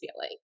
feeling